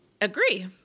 agree